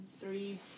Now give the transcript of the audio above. Three